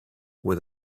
with